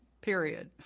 Period